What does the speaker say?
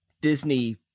Disney